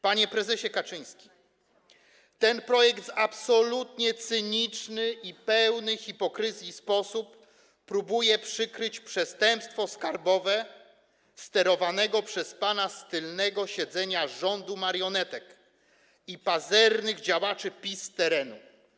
Panie prezesie Kaczyński, ten projekt jest absolutnie cyniczny i w pełny hipokryzji sposób próbuje przykryć przestępstwo skarbowe sterowanego przez pana z tylnego siedzenia rządu marionetek i pazernych działaczy PiS z terenu.